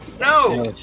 no